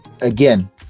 again